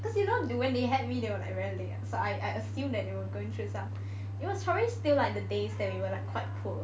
cause you know when they had me they were like very late so I I assumed that they were going through some it was probably still like the days that we were like quite poor